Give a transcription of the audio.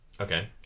Okay